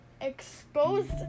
exposed